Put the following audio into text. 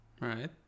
Right